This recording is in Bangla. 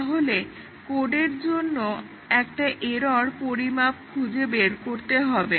তাহলে কোডের জন্য একটা এরর্ পরিমাপ খুঁজে বের করতে হবে